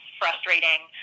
frustrating